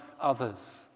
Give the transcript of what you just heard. others